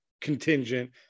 contingent